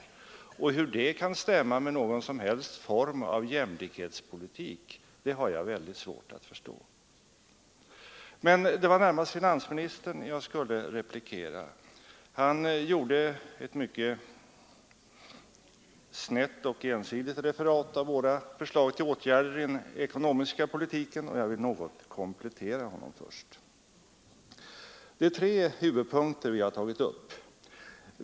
Hur det kan stämma med någon som helst form av jämlikhetspolitik har jag väldigt svårt att förstå. Men det var närmast finansministern jag skulle replikera. Han gjorde ett mycket snett och ensidigt referat av våra förslag till åtgärder i den ekonomiska politiken, och jag vill först något komplettera honom. Det är tre huvudpunkter vi har tagit upp.